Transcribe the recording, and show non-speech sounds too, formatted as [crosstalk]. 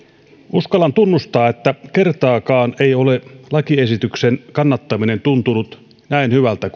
uskallan tunnustaa että kertaakaan ei ole lakiesityksen kannattaminen tuntunut näin hyvältä [unintelligible]